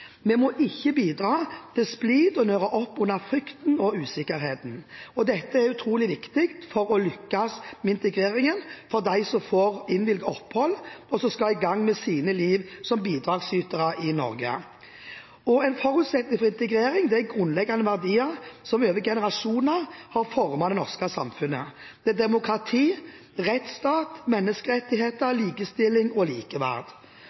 Vi må ikke bidra til splid og nøre opp under frykt og usikkerhet. Dette er utrolig viktig for å lykkes med integrering av dem som får innvilget opphold, og som skal i gang med sitt liv som bidragsyter i Norge. En forutsetning for integrering er grunnleggende verdier som over generasjoner har formet det norske samfunnet: demokrati, rettsstat, menneskerettigheter, likestilling og likeverd.